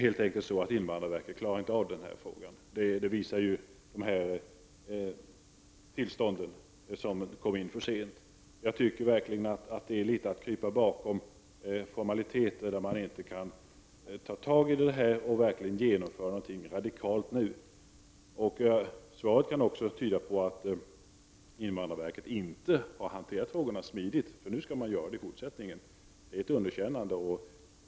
Invandrarverket klarar helt enkelt inte av denna fråga. Det visar ju också de tillstånd som kom in för sent. Det är att krypa bakom formaliteter när man inte kan ta tag i frågan och verkligen genomföra något radikalt nu. Svaret kan också tyda på att invandrarverket inte har hanterat frågan smidigt. Nu skall man ju göra det i fortsättningen. Det är ett underkännande av tidigare arbete.